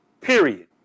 Period